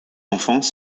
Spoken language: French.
enfants